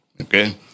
okay